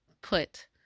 put